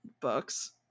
books